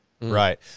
Right